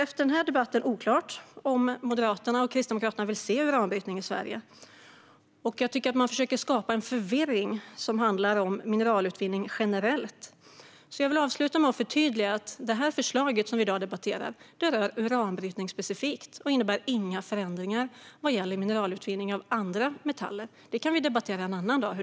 Efter den här debatten är det oklart om Moderaterna och Kristdemokraterna vill se uranbrytning i Sverige. Jag tycker att man försöker att skapa en förvirring som handlar om mineralutvinning generellt. Jag vill avsluta med att förtydliga att det här förslaget som vi i dag debatterar rör uranbrytning specifikt och inte innebär några förändringar för mineralutvinning av andra metaller. Hur den ska se ut kan vi debattera en annan dag.